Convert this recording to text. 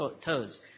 toes